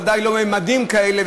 בוודאי לא בממדים כאלה,